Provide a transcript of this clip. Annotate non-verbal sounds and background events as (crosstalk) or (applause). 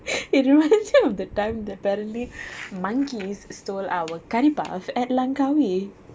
(laughs) it reminds me of the time that apparently monkeys stole our curry puff at langkawi